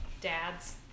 Dad's